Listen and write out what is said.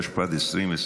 התשפ"ד 2024,